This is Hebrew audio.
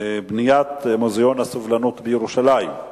בניית מוזיאון הסובלנות בירושלים,